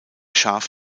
scharf